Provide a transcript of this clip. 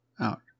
out